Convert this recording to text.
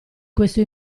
questo